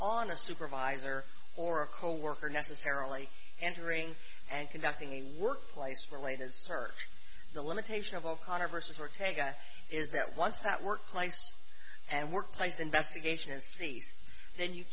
on a supervisor or a coworker necessarily entering and conducting a workplace related search the limitation of o'connor versus work take is that once that workplace and workplace investigation has ceased then you